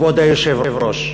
כבוד היושב-ראש.